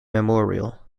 memorial